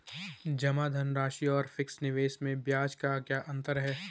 जमा धनराशि और फिक्स निवेश में ब्याज का क्या अंतर है?